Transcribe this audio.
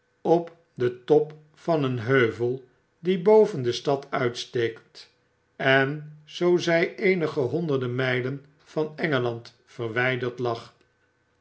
op den top van een heuvel die boven de stad uitsteekt en zoo zy eenige honderde mylen van engeland verwyderd lag